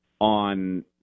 on